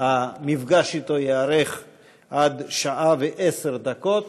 המפגש אתו ייערך עד שעה ועשר דקות.